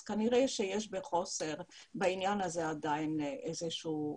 כנראה שיש בעניין הזה עדיין איזשהו חוסר.